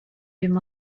him